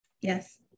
Yes